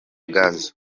gaza